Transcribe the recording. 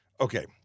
Okay